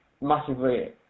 massively